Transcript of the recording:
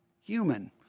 human